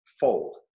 fold